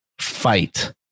fight